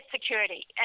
Security